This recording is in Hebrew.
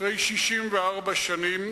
אחרי 64 שנים